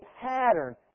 pattern